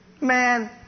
man